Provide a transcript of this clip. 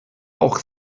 auch